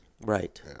Right